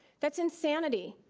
that's insanity.